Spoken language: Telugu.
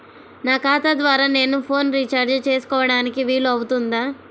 నా ఖాతా ద్వారా నేను ఫోన్ రీఛార్జ్ చేసుకోవడానికి వీలు అవుతుందా?